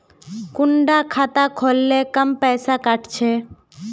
कुंडा खाता खोल ले कम पैसा काट छे?